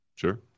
Sure